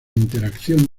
interacción